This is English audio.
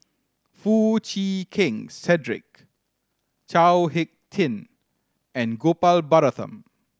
Foo Chee Keng Cedric Chao Hick Tin and Gopal Baratham